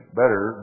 better